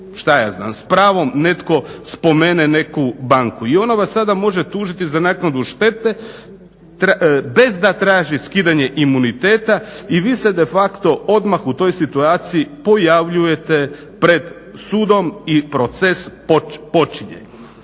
šta ja znam s pravom netko spomene neku banku i ona vas sada može tužiti za naknadu štete bez da traži skidanje imuniteta i vi se de facto odmah u toj situaciji pojavljujete pred sudom i proces počinje.